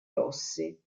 rossi